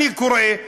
אני קורא,